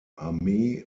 armee